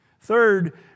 Third